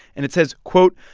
and it says, quote,